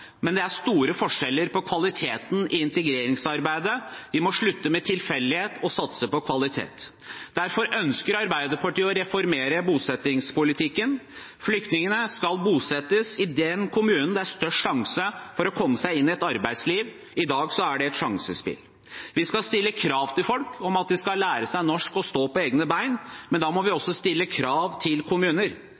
men det er store forskjeller på kvaliteten i integreringsarbeidet. Vi må slutte med tilfeldighet og satse på kvalitet. Derfor ønsker Arbeiderpartiet å reformere bosettingspolitikken. Flyktningene skal bosettes i den kommunen der det er størst sjanse for å komme seg inn i arbeidslivet – i dag er det et sjansespill. Vi skal stille krav til folk om at de skal lære seg norsk og stå på egne bein, men da må vi også stille krav til kommuner